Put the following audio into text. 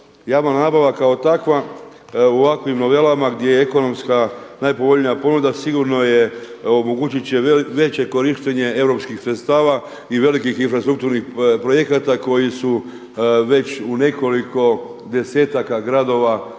Javna nabava kao takva u ovakvim novelama gdje je ekonomska najpovoljnija ponuda sigurno je omogućit će veće korištenje europskih sredstava i velikih infrastrukturnih projekata koji su već u nekoliko desetaka gradova poništeni